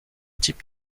type